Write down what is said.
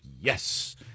yes